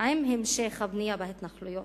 עם המשך הבנייה בהתנחלויות.